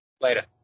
Later